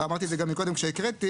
ואמרתי את זה גם קודם כשהקראתי,